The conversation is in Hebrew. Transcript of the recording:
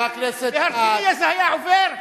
בהרצלייה זה היה עובר?